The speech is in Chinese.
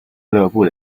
俱乐部